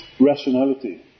rationality